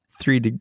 Three